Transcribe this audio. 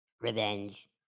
revenge